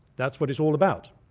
that's what it's all about.